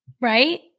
right